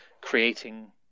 creating